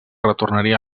retornaria